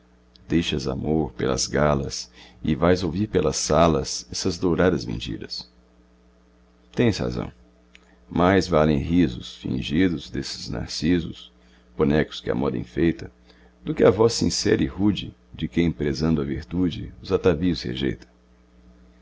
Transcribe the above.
suspiras deixas amor pelas galas e vais ouvir pelas salas essas douradas mentiras tens razão mais valem risos fingidos desses narcisos bonecos que a moda enfeita do que a voz sincera e rude de quem prezando a virtude os atavios rejeita